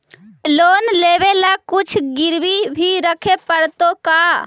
Loan लेबे ल कुछ गिरबी भी रखे पड़तै का?